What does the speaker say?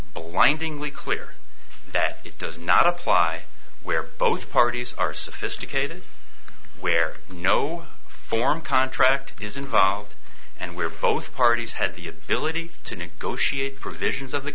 blindingly clear that it does not apply where both parties are sophisticated where no form contract is involved and where both parties had the ability to negotiate provisions of the